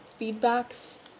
feedbacks